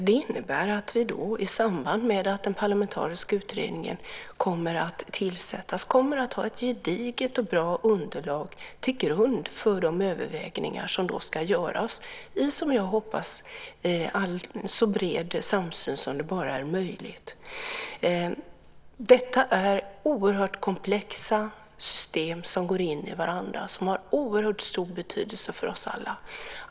Det innebär att vi i samband med att den parlamentariska utredningen tillsätts kommer att ha ett gediget och bra underlag till grund för de överväganden som då ska göras i, som jag hoppas, så bred samsyn som det bara är möjligt. Detta är oerhört komplexa system som går in i varandra. De har oerhört stor betydelse för oss alla.